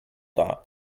that